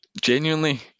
genuinely